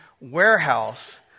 warehouse